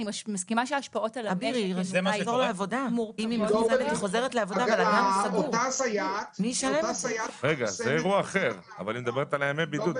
אני מסכימה ------ היא מדברת על ימי הבידוד,